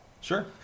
Sure